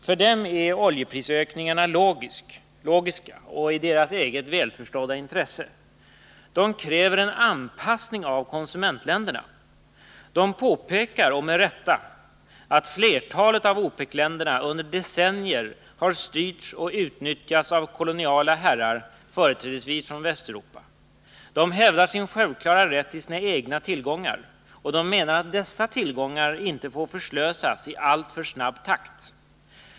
För dem är oljeprishöjningarna logiska och i deras eget välförstådda intresse. De kräver en anpassning i konsumentländerna. De påpekar — och med rätta — att flertalet av OPEC-länderna i decennier har styrts och utnyttjats av koloniala herrar, företrädesvis från Västeuropa. De hävdar sin självklara rätt till sina egna tillgångar, och de menar att dessa tillgångar inte får förslösas i alltför snabb takt.